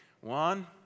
One